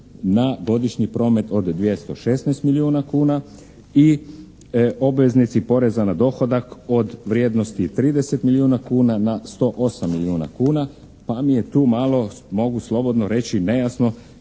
na godišnji promet od 216 milijuna kuna i obveznici poreza na dohodak od vrijednosti 30 milijuna kuna na 108 milijuna kuna pa mi je tu malo mogu slobodno reći nejasno,